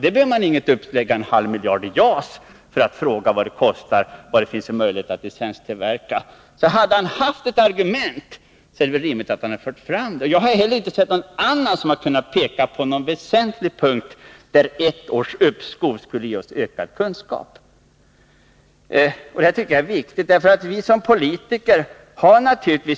Man behöver inte ha ett uppskov beträffande JAS — som kostar en halv miljard — för att få veta var det finns möjlighet att licenstillverka. Nej till JAS vore naturligare då. Hade arméchefen haft ett argument hade det varit rimligt att föra fram det. Jag har inte heller funnit att någon annan kunnat peka på någon väsentlig punkt där ett års uppskov skulle ge oss ökad kunskap. Jag tycker att detta är viktigt.